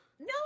No